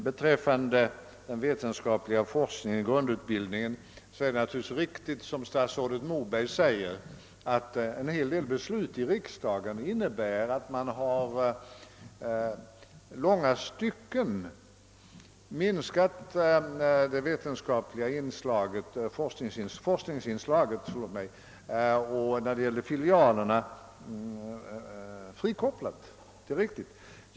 Beträffande den vetenskapliga forskningen och grundutbildningen är det naturligtvis riktigt som statsrådet Moberg säger, att en hel del beslut i riksdagen innebär att man i långa stycken har minskat forskningsinslaget och att man i fråga. om filialerna har frikopplat det.